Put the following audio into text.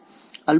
વિદ્યાર્થી